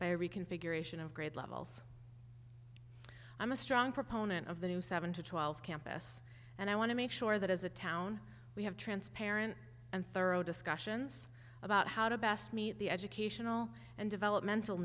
reconfiguration of grade levels i'm a strong proponent of the new seven to twelve campus and i want to make sure that as a town we have transparent and thorough discussions about how to best meet the educational and developmental